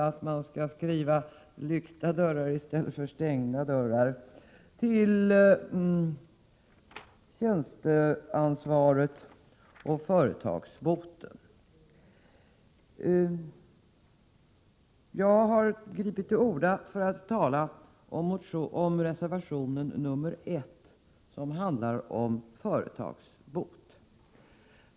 att man skall skriva ”lyckta dörrar” i stället för ”stängda dörrar” — till tjänsteansvaret och företagsboten. Jag har tagit till orda för att tala för reservation nr 1, som handlar om företagsbot.